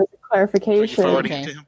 clarification